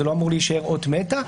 זה לא אמור להישאר אות מתה.